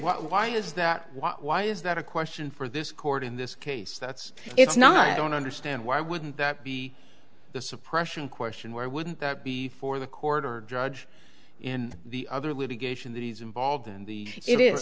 why is that why is that a question for this court in this case that's it's not don't understand why wouldn't that be the suppression question where wouldn't that be for the quarter judge in the other litigation that is involved in the it is